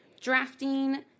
drafting